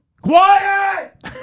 Quiet